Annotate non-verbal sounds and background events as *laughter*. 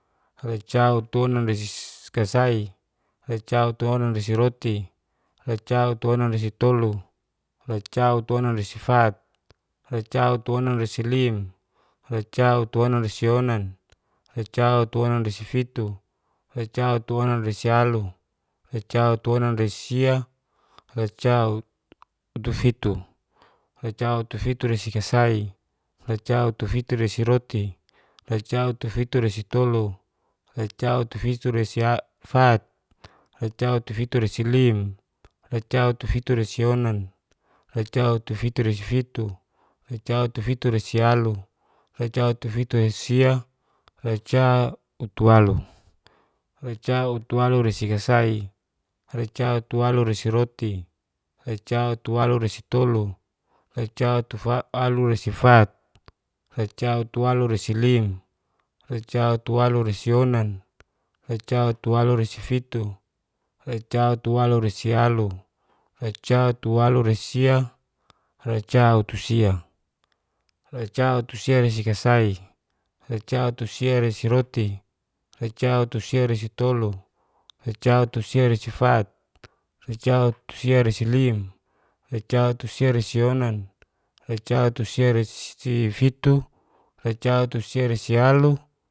Racautuonanresikasai, racautuonanresiroti, racautuonanresitolu. racautuonanresifat, racautuonanresilim racautuonanresionan, racautuonanresifitu, racautuonanresialu. racautuonanresisia racautufitu, racautufituresikasai, racautufituresiroti, racautufituresitolu, racautufiruresi *unintelligible* fat. racautufituresilim, racautufituresionan, racautufituresifitu, racautufituresialu, racautufituresisia, racautualu, racautualuresikasai, racautualuresiroti, racautualuresitolu, racautu *unintelligible* aluresifat, racautualuresilim, racautualuresionan, racautualuresifitu, racautualuresialu, racautualuresisia. racautusia, racautusiaresikasai, rarautusiaresiroti, racautusiaresitolu. racautusiaresifat. racautusiaresilim. racautusiaresionan. racautusiaresi *unintelligible* fitu. racautusiaresialu